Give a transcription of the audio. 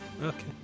Okay